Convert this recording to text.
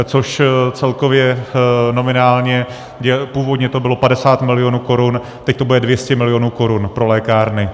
Což celkově nominálně původně bylo 50 milionů korun, teď to bude 200 milionů korun pro lékárny.